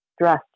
dressed